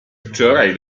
wczoraj